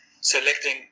selecting